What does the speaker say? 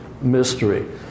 mystery